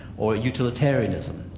or utilitarianism,